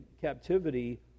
captivity